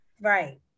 Right